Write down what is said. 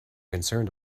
concerned